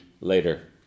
later